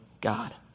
God